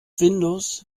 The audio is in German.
windows